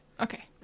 Okay